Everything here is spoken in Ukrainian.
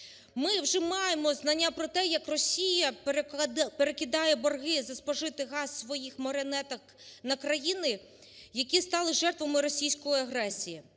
Ми вживаємо знання про те, як Росія перекидає борги за спожитий газ своїх маріонеток на країни, які стали жертвами російської агресії.